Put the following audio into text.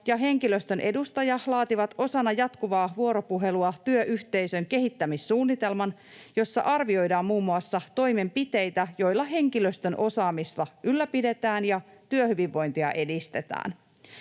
ja henkilöstön edustaja laativat osana jatkuvaa vuoropuhelua työyhteisön kehittämissuunnitelman, jossa arvioidaan muun muassa toimenpiteitä, joilla henkilöstön osaamista ylläpidetään ja työhyvinvointia edistetään.